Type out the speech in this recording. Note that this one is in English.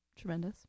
Tremendous